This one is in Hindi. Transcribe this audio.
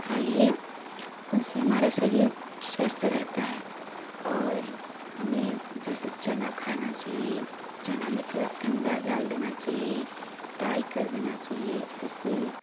खाइए उससे हमारा शरीर स्वस्थ रहता है और हमें जैसे चना खाना चाहिए चना में थोड़ा अंडा डाल देना चाहिए फ्राइ कर देना चाहिए उसे